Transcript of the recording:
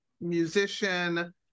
musician